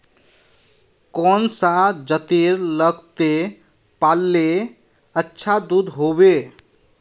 कौन सा जतेर लगते पाल्ले अच्छा दूध होवे?